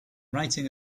writing